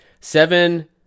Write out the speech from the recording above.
Seven